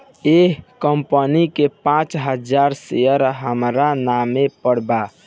एह कंपनी के पांच हजार शेयर हामरा नाम पर बा